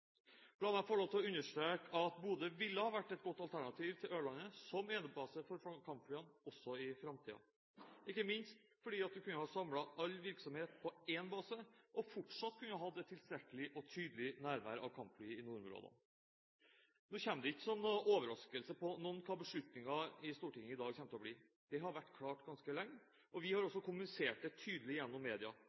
La meg få lov til å understreke at Bodø ville ha vært et godt alternativ til Ørland som enebase for kampflyene også i framtiden, ikke minst fordi en kunne ha samlet all virksomhet på én base og fortsatt hatt et tilstrekkelig og tydelig nærvær av kampfly i nordområdene. Det kommer ikke som noen overraskelse på noen hva beslutningen kommer til å bli i Stortinget i dag. Det har vært klart ganske lenge. Vi har også kommunisert det tydelig gjennom media.